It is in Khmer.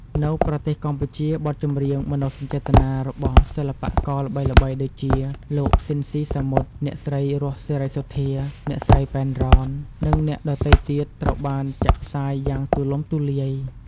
នៅប្រទេសកម្ពុជា បទចម្រៀងមនោសញ្ចេតនារបស់សិល្បករល្បីៗដូចជា លោក ស៊ីន ស៊ីសាមុត អ្នកស្រី រស់ សេរីសុទ្ធា អ្នកស្រី ប៉ែន រ៉ន និងអ្នកដទៃទៀត ត្រូវបានចាក់ផ្សាយយ៉ាងទូលំទូលាយ។